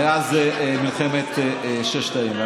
מאז מלחמת ששת הימים,